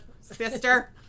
sister